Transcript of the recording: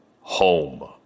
home